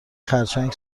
خرچنگ